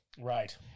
right